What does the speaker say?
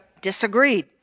disagreed